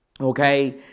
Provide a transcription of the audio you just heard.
okay